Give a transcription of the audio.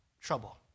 trouble